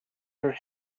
her